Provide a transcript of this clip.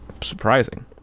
surprising